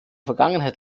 vergangenheit